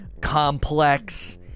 Complex